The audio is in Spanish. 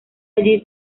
allí